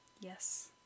Yes